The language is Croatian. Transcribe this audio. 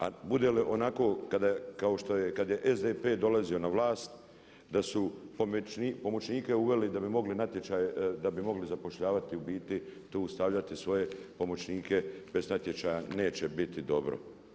A bude li onako kao što je, kada je SDP dolazio na vlast, da su pomoćnike uveli da bi mogli natječaj, da bi mogli zapošljavati u biti, tu stavljati svoje pomoćnike bez natječaja neće biti dobro.